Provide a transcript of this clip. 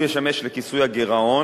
והוא ישמש לכיסויי הגירעון,